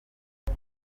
ibi